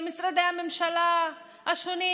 למשרדי הממשלה השונים.